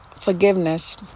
Forgiveness